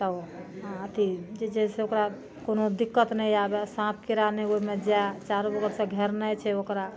तब अँ अथी की कहै छै ओकरा कोनो दिक्कत नहि आबए साँप कीड़ा नहि ओहिमे जए चारू बगल सऽ घेरनाइ छै ओकरा